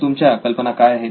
तर तुमच्या कल्पना काय आहेत